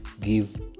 give